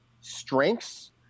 strengths